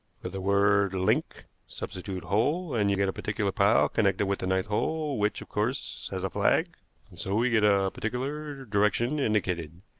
for the word link substitute hole, and you get a particular pile connected with the ninth hole, which, of course, has a flag, and so we get a particular direction indicated.